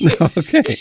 Okay